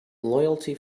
loyalty